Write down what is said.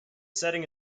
setting